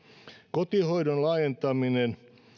kotihoidon laajentaminen